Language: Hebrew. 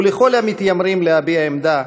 ולכל המתיימרים להביע עמדה,